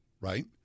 right